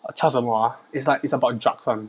叫什么啊 it's like it's about drugs [one]